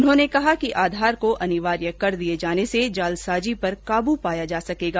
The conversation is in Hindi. उन्होंने कहा कि आधार को अनिवार्य कर दिए जाने से जालसाजी पर काबू पाया जा सकेगा